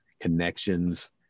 Connections